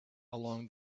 along